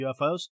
UFOs